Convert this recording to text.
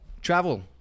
travel